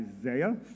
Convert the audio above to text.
isaiah